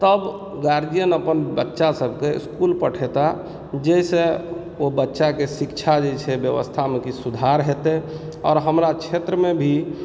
तब गार्जियन अपन बच्चासभकेँ इस्कुल पठेता जाहिसँ ओ बच्चाके शिक्षा जे छै व्यवस्थामे किछु सुधार हेतै आओर हमरा क्षेत्रमे भी